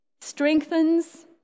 strengthens